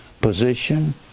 position